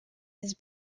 his